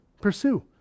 Pursue